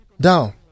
down